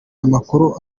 amakuru